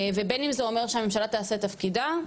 ובין אם זה אומר שהממשלה תעשה את תפקידה,